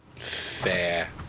Fair